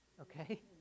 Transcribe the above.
Okay